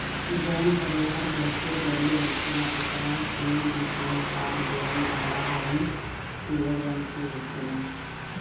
जवन परिवार बहुते गरीब होखेला ओकरा के बी.पी.एल कार्ड देवल जाला जवन पियर रंग के होखेला